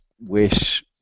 Wish